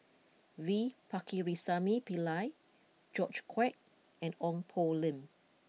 V Pakirisamy Pillai George Quek and Ong Poh Lim